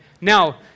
Now